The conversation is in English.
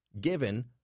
given